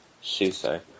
Suso